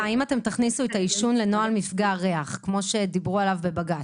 האם אתם תכניסו את העישון לנוהל מפגע ריח כמו שדיברו בבג"ץ.